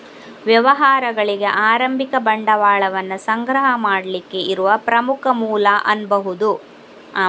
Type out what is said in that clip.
ವ್ಯವಹಾರಗಳಿಗೆ ಆರಂಭಿಕ ಬಂಡವಾಳವನ್ನ ಸಂಗ್ರಹ ಮಾಡ್ಲಿಕ್ಕೆ ಇರುವ ಪ್ರಮುಖ ಮೂಲ ಅನ್ಬಹುದು